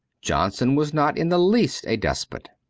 johnson was not in the least a despot.